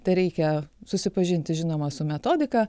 tereikia susipažinti žinoma su metodika